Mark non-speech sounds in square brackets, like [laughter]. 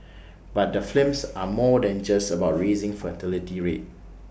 [noise] but the films are more than just about raising fertility rate